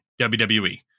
WWE